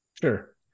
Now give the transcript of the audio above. sure